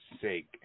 sake